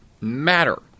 matter